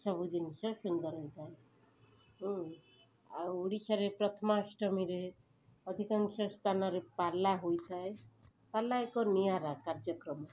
ସବୁ ଜିନିଷ ସୁନ୍ଦର ହୋଇଥାଏ ହୁଁ ଆଉ ଓଡ଼ିଶାରେ ପ୍ରଥମାଷ୍ଟମୀରେ ଅଧିକାଂଶ ସ୍ଥାନରେ ପାଲା ହୋଇଥାଏ ପାଲା ଏକ ନିଆରା କାର୍ଯ୍ୟକ୍ରମ